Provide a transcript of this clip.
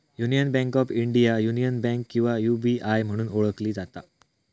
union bank of India, union bank किंवा UBI म्हणून ओळखली जाता